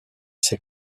ses